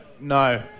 no